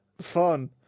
Fun